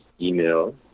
email